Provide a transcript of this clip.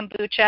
kombucha